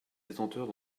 détenteurs